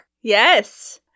Yes